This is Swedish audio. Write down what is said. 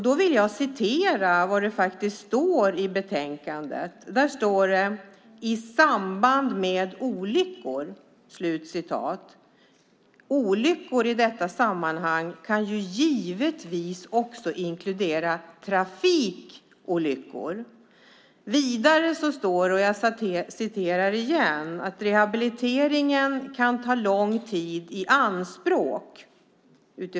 Då vill jag citera vad det står i betänkandet: "I samband med olyckor ." Olyckor i detta sammanhang kan givetvis också inkludera trafikolyckor. Vidare står det, utifrån dessa olyckor: "Rehabilitering kan ta lång tid i anspråk."